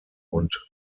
und